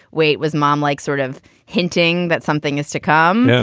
wait, was mom like sort of hinting that something is to come?